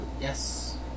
yes